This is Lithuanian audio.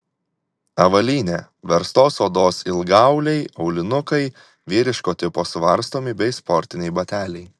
avalynė verstos odos ilgaauliai aulinukai vyriško tipo suvarstomi bei sportiniai bateliai